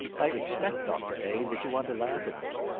i expect, dr. a, that you want to laugh at me.